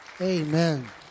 Amen